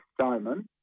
Simon